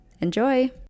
Enjoy